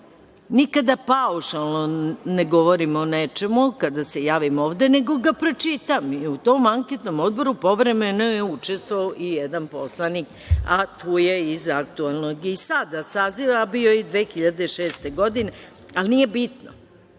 Nikada paušalno ne govorim o nečemu kada se javim ovde, nego ga pročitam. U tom anketnom odboru povremeno je učestvovao i jedan poslanik, a tu je iz aktuelnog i sada saziva, a bio je i 2006. godine, ali nije bitno. Hoću